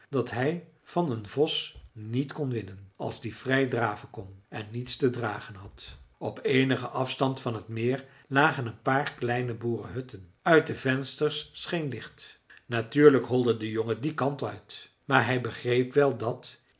dat hij het van een vos niet kon winnen als die vrij draven kon en niets te dragen had op eenigen afstand van het meer lagen een paar kleine boerenhutten uit de vensters scheen licht natuurlijk holde de jongen dien kant uit maar hij begreep wel dat